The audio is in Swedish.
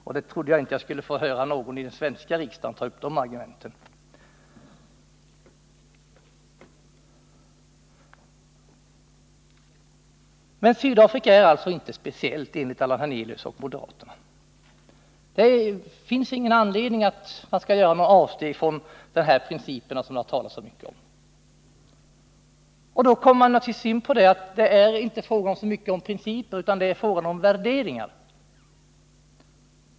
Jag trodde inte jag skulle få höra någon i den svenska riksdagen ta upp de argumenten. Sydafrika är alltså inte speciellt, enligt Allan Hernelius och moderaterna. Det finns enligt deras mening ingen anledning att göra några avsteg från de principer som det här har talats så mycket om. Det är inte så mycket en fråga om principer som en fråga om värderingar.